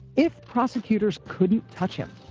if prosecutors couldn't touch him,